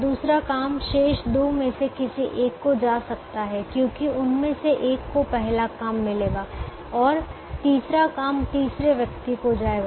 दूसरा काम शेष 2 में से किसी एक को जा सकता है क्योंकि उनमें से एक को पहला काम मिलेगा और तीसरा काम तीसरे व्यक्ति को जाएगा